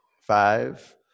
Five